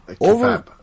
Over